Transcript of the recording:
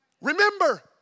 Remember